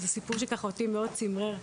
זה סיפור שככה, אותי מאוד צמרר.